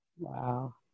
Wow